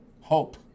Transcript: Hope